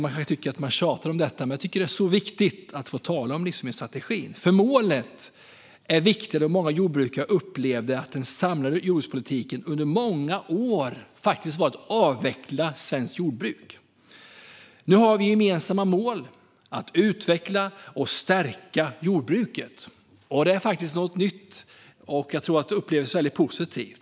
Man kan tycka att jag tjatar om detta, men jag tycker att det är viktigt att få tala om livsmedelsstrategin. Målen är viktiga, då många jordbrukare upplevde att den samlade jordbrukspolitiken under många år faktiskt innebar att svenskt jordbruk skulle avvecklas. Nu har vi gemensamma politiska mål för att utveckla och stärka jordbruket. Det är faktiskt något nytt, och jag tror att det upplevs som mycket positivt.